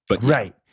Right